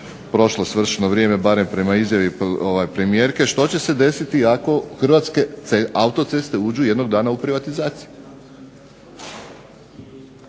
prošlo svršeno vrijeme, barem prema izjavi premijerke, što će se desiti ako Hrvatske autoceste uđu jednog dana u privatizaciju?